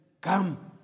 Come